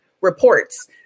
reports